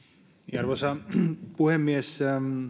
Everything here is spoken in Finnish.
arvoisa puhemies